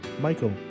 Michael